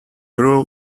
grew